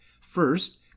first